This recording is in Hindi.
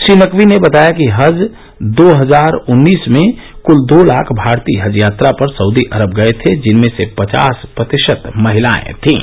श्री नकवी ने बताया कि हज दो हजार उन्नीस में क्ल दो लाख भारतीय हज यात्रा पर सउदी अरब गये थे जिनमें से पचास प्रतिशत महिलाएं थीं